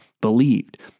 believed